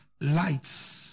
lights